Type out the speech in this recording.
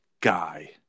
guy